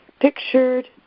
Pictured